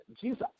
Jesus